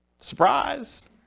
Surprise